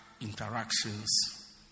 interactions